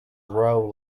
row